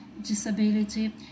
disability